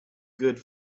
good